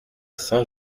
saint